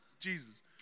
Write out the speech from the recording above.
Jesus